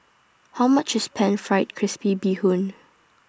How much IS Pan Fried Crispy Bee Hoon